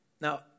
Now